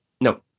No